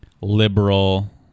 liberal